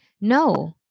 No